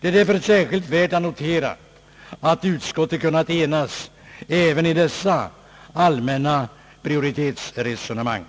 Det är därför av särskilt värde att notera att utskottet kunnat enas även i dessa allmänna = prioriteringsresonemang.